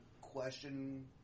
question